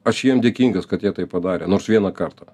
aš jiem dėkingas kad jie tai padarė nors vieną kartą